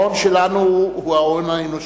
ההון שלנו הוא ההון האנושי,